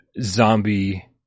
zombie